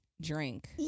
drink